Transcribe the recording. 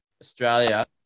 Australia